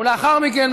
ולאחר מכן,